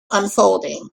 unfolding